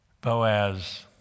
Boaz